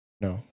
No